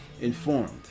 informed